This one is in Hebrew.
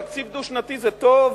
תקציב דו-שנתי זה טוב